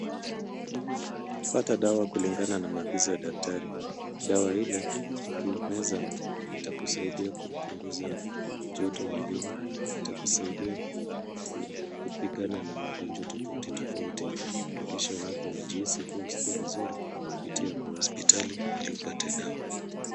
Pata dawa kulingana na maagizo ya daktari, dawa ile ukiimeza itakusaidia kupunguza joto mwilini, itakusaidia kupigana na magonjwa tofauti tofauti. Hakikisha unapojihisi kuwa huskii vizuri pitia kwa hospitali ili upate dawa.